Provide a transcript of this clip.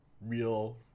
real